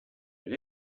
but